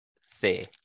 say